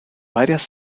varias